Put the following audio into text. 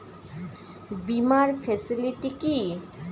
বীমার ফেসিলিটি কি?